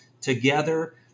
together